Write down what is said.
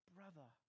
Brother